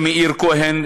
ומאיר כהן,